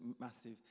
massive